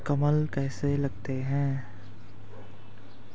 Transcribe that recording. कलम कैसे लगाते हैं?